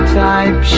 type